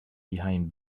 behind